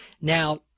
Now